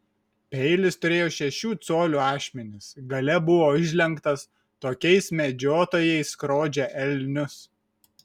peilis turėjo šešių colių ašmenis gale buvo užlenktas tokiais medžiotojai skrodžia elnius